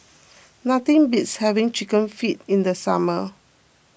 nothing beats having Chicken Feet in the summer